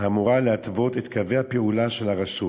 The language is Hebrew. האמורה להתוות את קווי הפעולה של הרשות